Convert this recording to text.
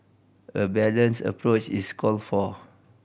a balanced approach is called for